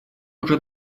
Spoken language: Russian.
уже